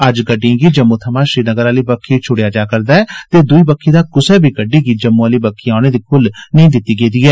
अज्ज गड्डियें गी जम्मू थमां श्रीनगर आली बक्खी छड़ेया जा रदा ऐ ते द्ई बक्खी दा क्सै गड्डी गी जम्मू आली बक्खी औने दी ख्ल्ल नेई दिती गेदी ऐ